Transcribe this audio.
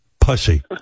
Pussy